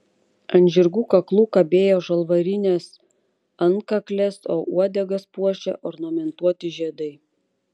ant žirgų kaklų kabėjo žalvarinės antkaklės o uodegas puošė ornamentuoti žiedai